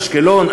אשקלון,